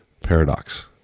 paradox